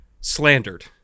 slandered